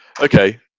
okay